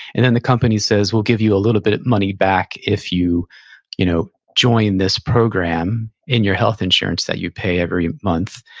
and then the company company says, we'll give you a little bit money back if you you know join this program in your health insurance that you pay every month.